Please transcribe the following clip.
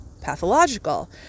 pathological